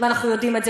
ואנחנו יודעים את זה.